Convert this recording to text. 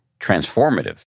transformative